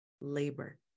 labor